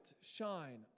shine